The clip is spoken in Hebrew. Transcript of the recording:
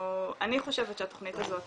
אני חושבת שהתכנית הזאת